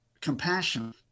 compassion